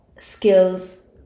skills